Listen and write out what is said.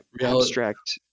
abstract